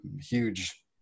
huge